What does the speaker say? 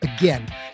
Again